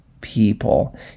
people